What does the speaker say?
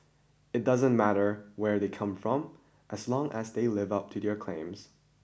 it doesn't matter where they come from as long as they live up to their claims